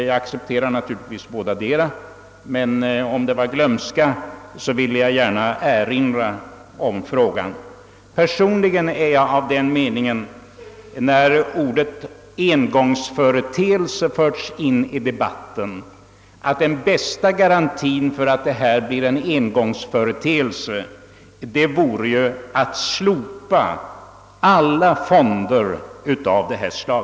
Jag accepterar naturligtvis bådadera, men om orsaken till att jag inte fick något svar på min fråga var glömska så vill jag gärna erinra om den. Ordet »engångsföreteelse» har nämnts i debatten. Jag är personligen av den meningen att den bästa garantien för att detta blir en engångsföreteelse vore att slopa alla fonder av detta slag.